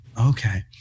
okay